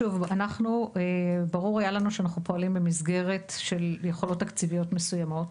שוב: ברור היה לנו שאנחנו פועלים במסגרת של יכולות תקציביות מסוימות.